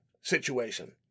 situation